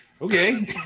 okay